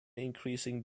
increasing